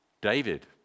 David